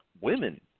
women